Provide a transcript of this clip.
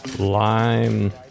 Lime